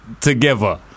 together